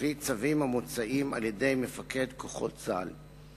קרי צווים שמוצאים על-ידי מפקד כוחות צה"ל.